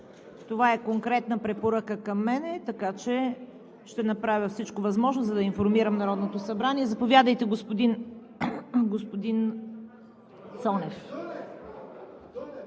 Това е конкретна препоръка към мен, така че ще направя всичко възможно, за да информирам Народното събрание. Заповядайте, господин Цонев. (Реплики